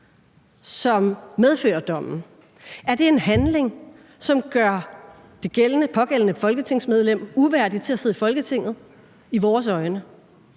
som medfører dommen. Er det en handling, som gør det pågældende folketingsmedlem uværdig til at sidde i Folketinget i vores øjne?